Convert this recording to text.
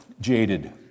jaded